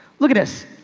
look at us.